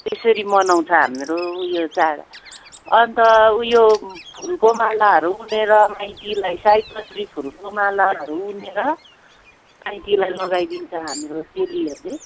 तेसेरी मनाउँछ हामीहरू उयो चाड अन्त उयो फुलको मालाहरू उनेर माइतीलाई सयपत्री फुलको मालाहरू उनेर माइतीलाई लगाइ दिन्छ हाम्रो चेलीहरूले